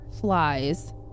flies